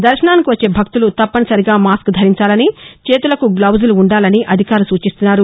దర్భనాలకు వచ్చే భక్తులు తప్పనిసరిగా మాస్క్ ధరించాలని చేతులకు గ్లొజులు ఉండాలని అధికారులు సూచిస్తున్నారు